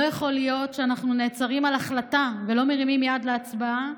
לא יכול להיות שאנחנו נעצרים על החלטה ולא מרימים יד להצבעה,